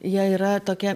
jei yra tokie